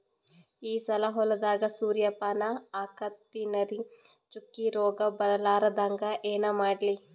ಈ ಸಲ ಹೊಲದಾಗ ಸೂರ್ಯಪಾನ ಹಾಕತಿನರಿ, ಚುಕ್ಕಿ ರೋಗ ಬರಲಾರದಂಗ ಏನ ಮಾಡ್ಲಿ?